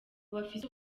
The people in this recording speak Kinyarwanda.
bafise